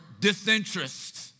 disinterest